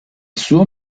sua